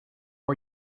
are